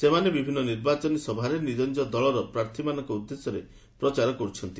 ସେମାନେ ବିଭିନ୍ନ ନିର୍ବାଚନୀ ସଭାରେ ନିଜନିଜ ଦଳର ପ୍ରାର୍ଥୀମାନଙ୍କ ଉଦ୍ଦେଶ୍ୟରେ ପ୍ରଚାର କରୁଛନ୍ତି